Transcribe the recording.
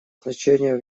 значение